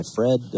Fred